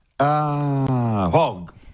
Hog